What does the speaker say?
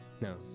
No